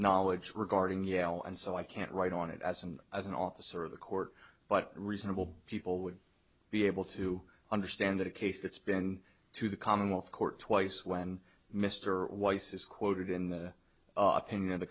knowledge regarding yell and so i can't write on it as and as an officer of the court but reasonable people would be able to understand that a case that's been to the commonwealth court twice when mr weiss is quoted in the